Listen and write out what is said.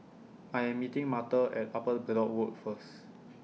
I Am meeting Martha At Upper Bedok Road First